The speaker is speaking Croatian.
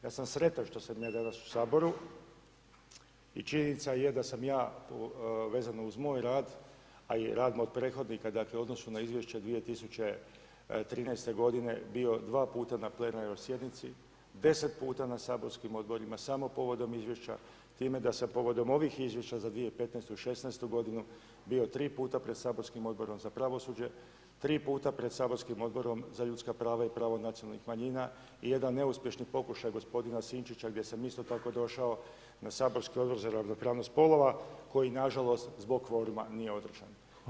Ja sam sretan što sam ja danas u Saboru i činjenica je da sam ja vezano uz moj rad, a i rad mog prethodnika, dakle, u odnosu na izvješće 2013. godine bio dva puta na plenarnoj sjednici, 10 puta na saborskim odborima samo povodom izvješća, time da sam povodom ovih izvješća za 2015. i 2016. godinu bio tri puta pred saborskim Odborom za pravosuđe, tri puta pred saborskim Odborom za ljudska prava i prava nacionalnih manjina i jedan neuspješni pokušaj gospodina Sinčića gdje sam isto tako došao na saborski Odbor za ravnopravnost spolova, koji nažalost, zbog kvoruma nije održan.